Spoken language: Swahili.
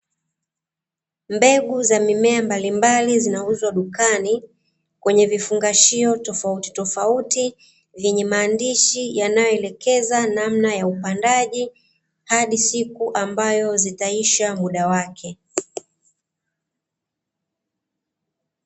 Mbegu za mimea mbalimbali zinauzwa dukani, kwenye vifungashio tofautitofauti vyenye maandishi yanayoelekeza namna ya upandaji, hadi siku ambayo zitaisha muda wake.